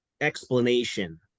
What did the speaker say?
explanation